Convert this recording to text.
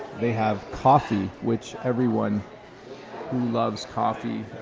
they have coffee, which everyone who loves coffee,